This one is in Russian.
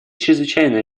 чрезвычайно